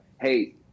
Hey